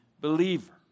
believer